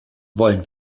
wollen